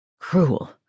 Cruel